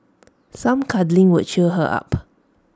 some cuddling would cheer her up